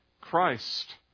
Christ